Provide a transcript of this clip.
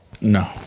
no